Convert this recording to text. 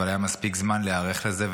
אבל היה מספיק זמן להיערך לזה,